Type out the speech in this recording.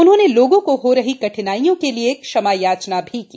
उन्होंने लोगों को हो रही कठिनाइयों के लिए क्षमायाचना भी की